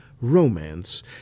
romance